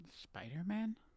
Spider-Man